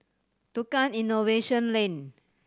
Tukang Innovation Lane